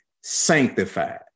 sanctified